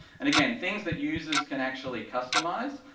and again, things that users can actually customize,